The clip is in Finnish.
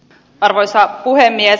arvoisa puhemies